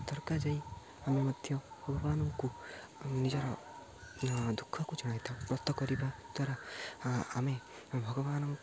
ଦରଘା ଯାଇ ଆମେ ମଧ୍ୟ ଭଗବାନଙ୍କୁ ନିଜର ଦୁଃଖକୁ ଜଣେଇଥାଉ ବ୍ରତ କରିବା ଦ୍ୱାରା ଆମେ ଭଗବାନଙ୍କୁ